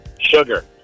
Sugar